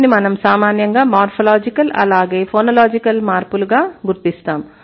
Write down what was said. వీటిని మనం సామాన్యంగా మార్ఫోలాజికల్ అలాగే ఫోనొలాజికల్ మార్పులుగా గుర్తిస్తాం